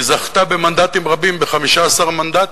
והיא זכתה במנדטים רבים, ב-15 מנדטים.